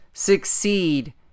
Succeed